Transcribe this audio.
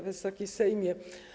Wysoki Sejmie!